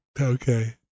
Okay